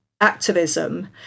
activism